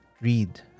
read